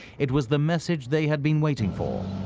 it was the message they had been waiting for.